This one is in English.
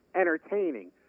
entertaining